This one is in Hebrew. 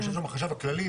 יושב שם החשב הכללי,